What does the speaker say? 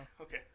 Okay